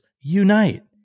unite